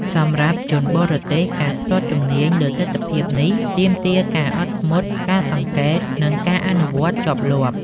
សម្រាប់ជនបរទេស ការស្ទាត់ជំនាញលើទិដ្ឋភាពនេះ ទាមទារការអត់ធ្មត់ ការសង្កេត និងការអនុវត្តជាប់លាប់។